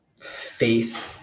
faith